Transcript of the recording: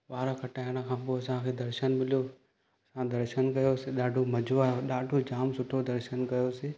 वार कटाइण खां पोइ असांखे दर्शन मिलियो असां दर्शन कयोसीं ॾाढो मज़ो आहियो ॾाढो जाम सुठो दर्शन कयोसीं